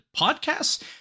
podcasts